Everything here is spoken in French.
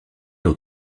aux